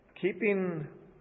keeping